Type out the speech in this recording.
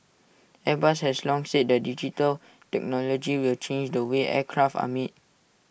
airbus has long said that digital technology will change the way aircraft are made